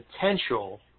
potential